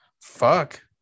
Fuck